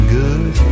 good